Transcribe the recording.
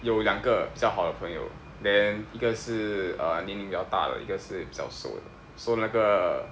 有两个比较好的朋友 then 一个是 uh 年龄比较大的一个是比较瘦的 so 那个